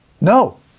No